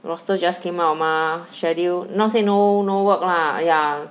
roster just came out mah schedule not say no no work lah ya